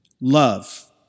Love